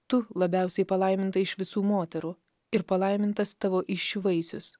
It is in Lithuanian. tu labiausiai palaiminta iš visų moterų ir palaimintas tavo įsčių vaisius